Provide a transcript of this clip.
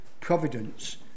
providence